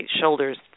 shoulders